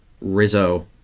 Rizzo